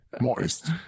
moist